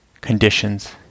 conditions